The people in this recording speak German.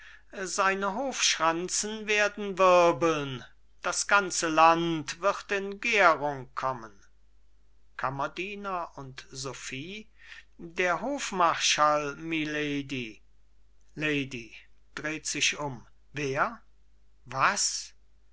seine hofschranzen werden wirbeln das ganze land wird in gährung kommen kammerdiener und sophie der hofmarschall milady lady dreht sich um wer was